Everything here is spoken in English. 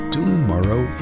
Tomorrow